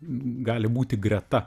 gali būti greta